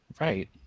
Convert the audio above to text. Right